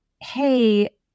hey